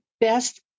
best